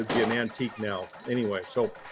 it'd be an antique now anyway. so